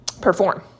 perform